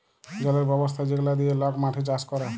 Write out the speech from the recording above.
জলের ব্যবস্থা যেগলা দিঁয়ে লক মাঠে চাষ ক্যরে